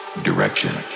direction